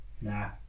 nah